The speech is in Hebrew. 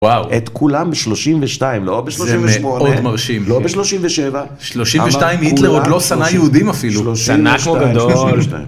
וואו את כולם שלושים ושתיים לא בשלושים ושמונה לא שלושים ושבע שלושים ושתיים היטלר עוד לא שנא יהודים אפילו.